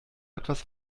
etwas